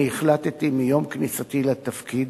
החלטתי, מיום כניסתי לתפקיד,